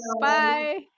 Bye